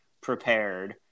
prepared